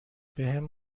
بهم